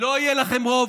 לא יהיה לכם רוב.